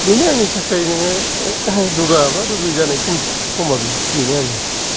बेनो आंनि थाखाय नोङो दुगा बा दुगि जानाय समा बेनो आंनि